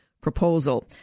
proposal